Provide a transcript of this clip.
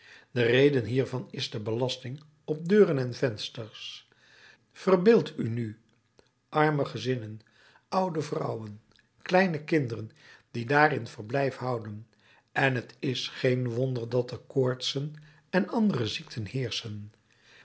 de reden hiervan is de belasting op deuren en vensters verbeeldt u nu arme gezinnen oude vrouwen kleine kinderen die daarin verblijf houden en t is geen wonder dat er koortsen en andere ziekten heerschen